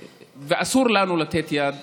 אסור לנו לתת יד